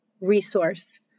resource